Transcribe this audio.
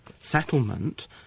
settlement